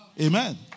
Amen